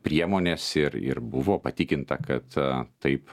priemonės ir ir buvo patikinta kad taip